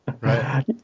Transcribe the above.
Right